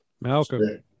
Malcolm